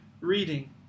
reading